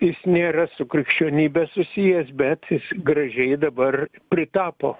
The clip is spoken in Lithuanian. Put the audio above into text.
jis nėra su krikščionybe susijęs bet jis gražiai dabar pritapo